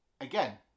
again